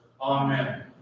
Amen